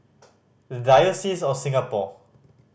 The Diocese of Singapore